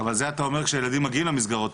אבל זה אתה אומר כשילדים שמגיעים למסגרות,